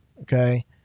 Okay